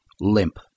Limp